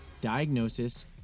diagnosis